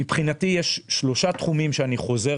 מבחינתי יש שלושה תחומים שאני חוזר